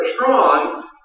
strong